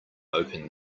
open